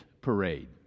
parade